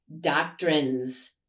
doctrines